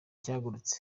cyagurutse